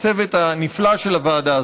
הצוות הנפלא של הוועדה הזאת.